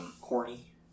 Corny